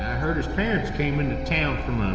heard his parents came into town